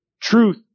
Truth